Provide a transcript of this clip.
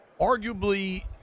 arguably